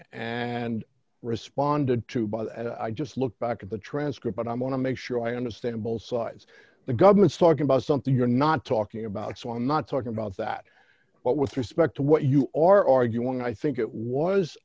and responded to by that i just look back at the transcript but i want to make sure i understand both sides the government's talking about something you're not talking about so i'm not talking about that but with respect to what you are arguing i think it was